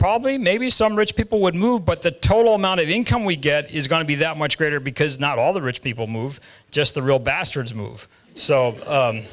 probably maybe some rich people would move but the total amount of income we get is going to be that much greater because not all the rich people move just the real bastards move so